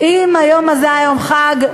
אם היום הזה היה יום חג,